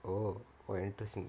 oh oh interesting